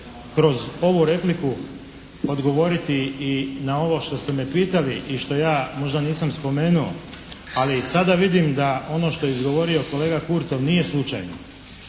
kroz ovu repliku odgovoriti i na ovo što ste me pitali i što ja možda nisam spomenuo. Ali sada vidim da ono što je izgovorio kolega Kurtov nije slučajno.